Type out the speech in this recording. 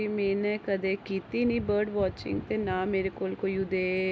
जे में ने कदें कीती नीं वर्ड वॉचिंग ते ना मेरे कोल कोई उदे